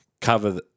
cover